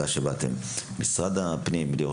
ליאור